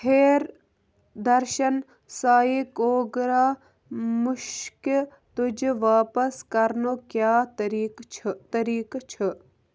ہیر درشَن سایِک کوگرٛا مُشکہِ تُجہِ واپس کرنُک کیٛاہ طریٖقہٕ چھُ طریٖقہٕ چھُ